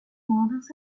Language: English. models